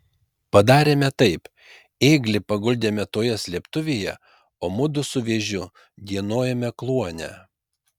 padarėme taip ėglį paguldėme toje slėptuvėje o mudu su vėžiu dienojome kluone